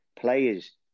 players